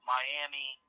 Miami